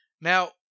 Now